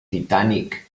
titanic